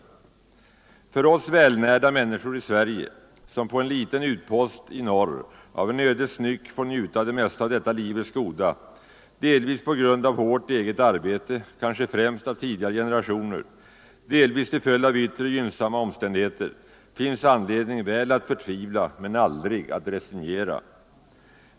d För oss välnärda människor i Sverige, som på en liten utpost i norr av en ödets nyck får njuta det mesta av detta livets goda, delvis på grund av hårt eget arbete, kanske främst av tidigare generationer, delvis på grund av yttre gynnsamma omständigheter, finns anledning väl att förtvivla men aldrig att resignera.